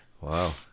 wow